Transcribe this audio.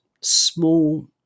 small